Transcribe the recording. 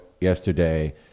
yesterday